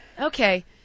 okay